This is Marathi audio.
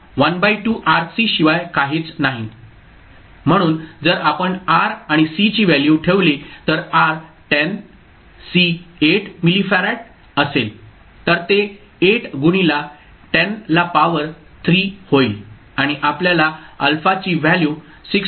तर α 12RC शिवाय काहीच नाही म्हणून जर आपण R आणि C ची व्हॅल्यू ठेवली तर R 10 C 8 मिली फॅरेड असेल तर ते 8 गुणीला 10 ला पॉवर 3 होईल आणि आपल्याला α ची व्हॅल्यू 6